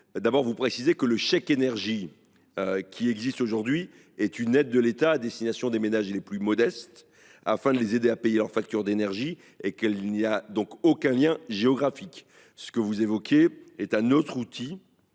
éoliennes. Je précise que le chèque énergie qui existe aujourd’hui est une aide de l’État à destination des ménages les plus modestes, afin de les aider à payer leurs factures d’énergie, sans aucun lien géographique. Ce que vous évoquez est un autre outil,